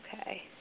Okay